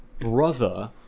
Brother